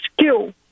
skill